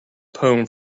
poem